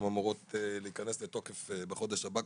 הן אמורות להיכנס לתוקף בחודש הבא.